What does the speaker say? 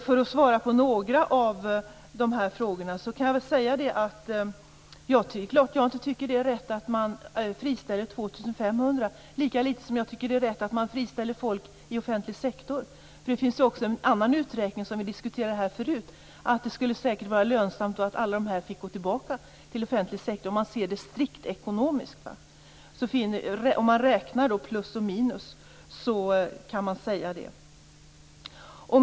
För att svara på några av frågorna kan jag väl säga att det är klart att jag inte tycker att det är rätt att man friställer 2 500 personer, lika litet som jag tycker att det är rätt att man friställer folk i offentlig sektor. Det finns också en annan uträkning, som vi diskuterade här förut, som visar att om man ser det strikt ekonomiskt skulle det säkert vara lönsamt att alla de här människorna fick gå tillbaka till offentlig sektor. Om man räknar plus och minus kan man säga det.